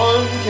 One